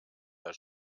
herr